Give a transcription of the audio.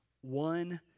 one